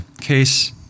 case